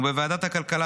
בוועדת הכלכלה,